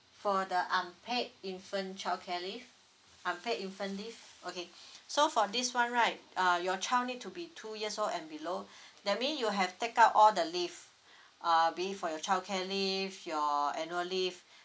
for the unpaid infant childcare leave unpaid infant leave okay so for this one right uh your child need to be two years old and below that mean you have take up all the leave uh be it for your childcare leave your annual leave